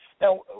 Now